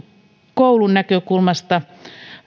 koulun näkökulmasta